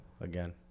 again